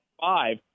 five